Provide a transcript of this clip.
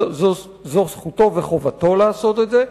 זאת זכותו וחובתו לעשות את זה,